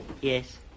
Yes